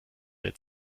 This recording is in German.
der